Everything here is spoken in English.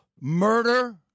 murder